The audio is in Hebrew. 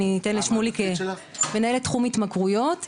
אני מנהלת תחום התמכרויות,